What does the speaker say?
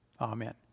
Amen